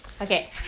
Okay